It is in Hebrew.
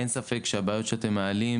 אין ספק שהבעיות שאתם מעלים,